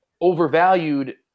overvalued